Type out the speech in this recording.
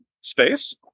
space